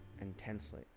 Intensely